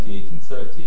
1830